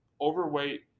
overweight